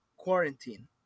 Quarantine